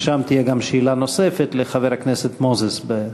ושם תהיה גם שאלה נוספת לחבר הכנסת מוזס.